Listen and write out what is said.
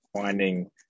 finding